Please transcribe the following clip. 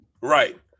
right